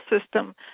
system